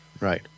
right